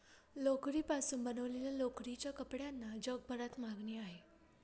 लोकरीपासून बनवलेल्या लोकरीच्या कपड्यांना जगभरात मागणी आहे